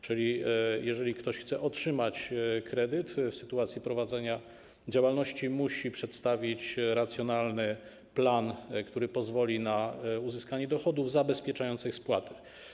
Czyli jeżeli ktoś chce otrzymać kredyt w sytuacji prowadzenia działalności, musi przedstawić racjonalny plan, który pozwoli na uzyskanie dochodów zabezpieczających spłatę.